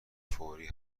فوری